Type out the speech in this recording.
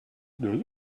does